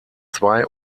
zwei